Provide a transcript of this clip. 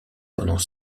pendant